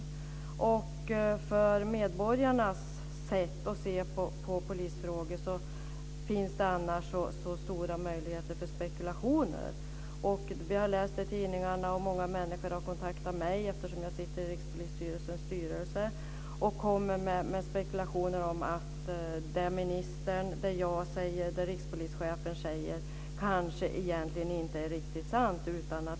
Annars finns det risk för att medborgarna ägnar sig åt spekulationer. Många människor har kontaktat mig, eftersom jag sitter i Rikspolisstyrelsens styrelse, för de tror att det som ministern säger, det som jag säger och det som rikspolischefen säger inte är riktigt sant.